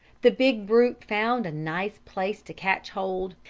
the big brute found a nice place to catch hold.